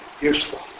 useful